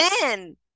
men